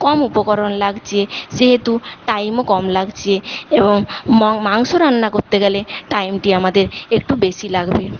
কম উপকরণ লাগছে সেহেতু টাইমও কম লাগছে এবং মাংস রান্না করতে গেলে টাইমটি আমাদের একটু বেশি লাগবে